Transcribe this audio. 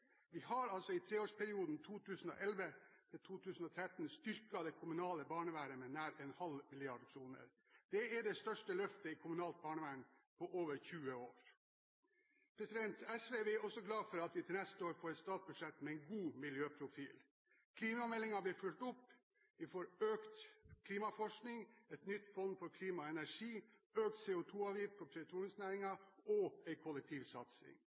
Vi har altså i treårsperioden 2011–2013 styrket det kommunale barnevernet med nær 500 mill. kr. Det er det største løftet i kommunalt barnevern på over 20 år. SV er også glad for at vi til neste år får et statsbudsjett med en god miljøprofil. Klimameldingen blir fulgt opp. Vi får økt klimaforskning, et nytt fond for klima og energi, økt CO2-avgift for petroleumsnæringen og